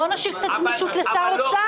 בואו נשאיר קצת גמישות לשר האוצר.